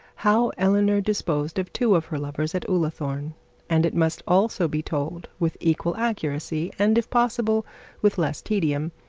how eleanor disposed of two of her lovers at ullathorne and it must also be told with equal accuracy, and if possible with less tedium,